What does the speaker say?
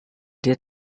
dia